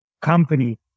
company